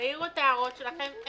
תעירו את ההערות שלכם.